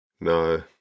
No